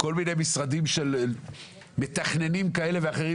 כל מיני משרדים של מתכננים כאלה ואחרים